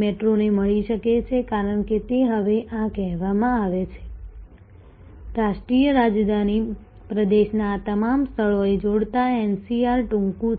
મેટ્રોને મળી શકે છે કારણ કે તેને હવે આ કહેવામાં આવે છે રાષ્ટ્રીય રાજધાની પ્રદેશના આ તમામ સ્થળોને જોડતા NCR ટૂંકું છે